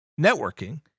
networking